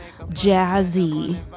jazzy